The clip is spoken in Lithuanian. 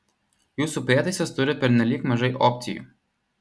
jūsų prietaisas turi pernelyg mažai opcijų